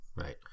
Right